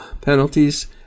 penalties